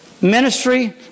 Ministry